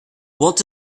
what